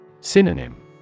Synonym